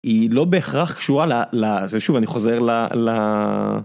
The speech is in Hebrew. היא לא בהכרח קשורה ל... שוב אני חוזר ל...